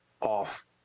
off